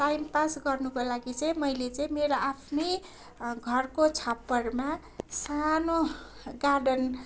time pass गर्नुको लागि चाहिँ मैले चाहिँ मेरो आफ्नै घरको छप्परमा सानो गार्डन